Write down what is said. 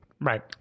Right